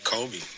Kobe